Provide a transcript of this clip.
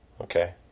Okay